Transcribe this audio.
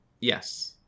Yes